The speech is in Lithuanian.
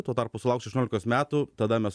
tuo tarpu sulauks aštuoniolikos metų tada mes